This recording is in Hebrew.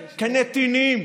כנתינים.